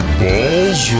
balls